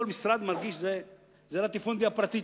כל משרד מרגיש שזו הלטיפונדיה הפרטית,